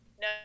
no